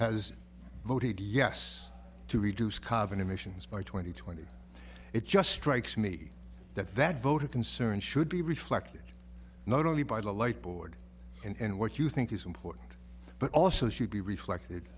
has voted yes to reduce carbon emissions by twenty twenty it just strikes me that that vote of concern should be reflected not only by the light board and what you think is important but also should be reflected